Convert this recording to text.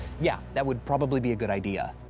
yeah, that would probably be a good idea.